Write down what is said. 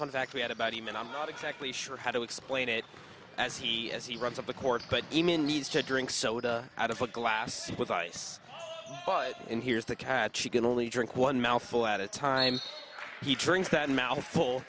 fun fact we had about him and i'm not exactly sure how to explain it as he as he runs up the court but the man needs to drink soda out of a glass with ice but and here's the catch he can only drink one mouthful at a time he drinks that mouthful